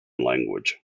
language